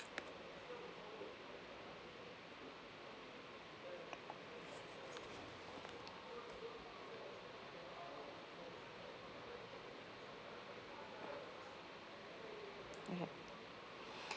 yup